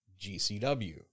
GCW